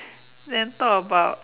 then talk about